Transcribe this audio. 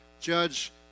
judge